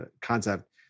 concept